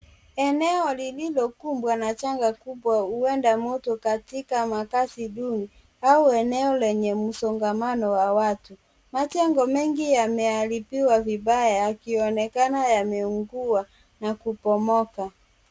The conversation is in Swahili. Eneo lililokumbwa na janga kubwa, huenda moto katika makaazi duni au eneo lenye msongamano wa watu. Majengo mengi yameharibiwa vibaya, yakionekana yameungua na kubomoka.